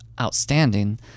outstanding